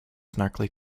snarkily